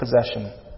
possession